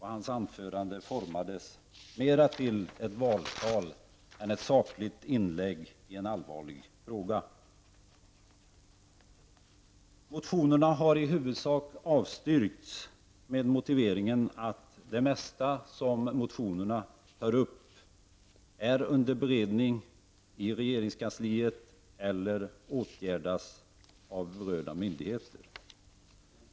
Hans anförande formades mer till ett valtal än ett sakligt inlägg i en allvarlig fråga. Motionerna har i huvudsak avstyrkts med motiveringen att det mesta som i motionerna tas upp är under beredning i regeringskansliet eller åtgärdas av berörda myndigheter.